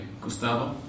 Gustavo